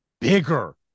bigger